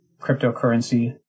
cryptocurrency